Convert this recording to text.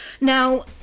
Now